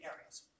areas